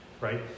right